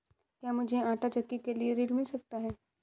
क्या मूझे आंटा चक्की के लिए ऋण मिल सकता है?